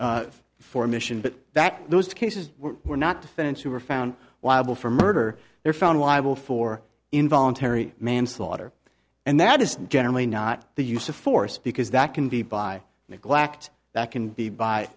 murder for a mission but that those cases were not defendants who were found while for murder they're found liable for involuntary manslaughter and that is generally not the use of force because that can be by neglect that can be by